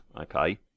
okay